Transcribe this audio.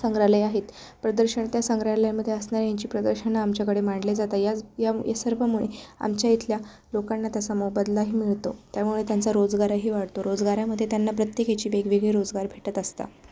संग्रहालय आहेत प्रदर्शन त्या संग्रहालयामध्ये असणाऱ्या यांची प्रदर्शनं आमच्याकडे मांडल्या जातात या या या सर्वामुळे आमच्या इथल्या लोकांना त्याचा मोबदलाही मिळतो त्यामुळे त्यांचा रोजगारही वाढतो रोजगारामध्येे त्यांना प्रत्येकीची वेगवेगळी रोजगार भेटत असतात